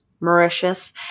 Mauritius